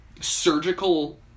surgical